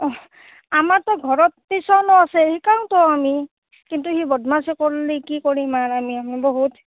অহ্ আমাৰতো ঘৰত টিউছনো আছে শিকাওতো আমি কিন্তু সি বদমাছে কৰেনে কি কৰিম আৰু আমি আমিতো বহুত